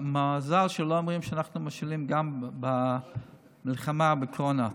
מזל שלא אומרים שאנחנו אשמים גם במלחמה בקורונה.